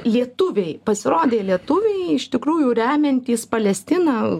lietuviai pasirodė lietuviai iš tikrųjų remiantys palestiną